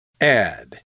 add